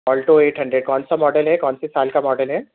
Alto eight hundred کون سا model ہے کون سے سال کا ماڈل ہے